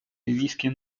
ливийский